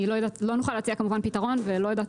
לא נוכל להציע כמובן פתרון ולא יודעת